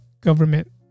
government